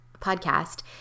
podcast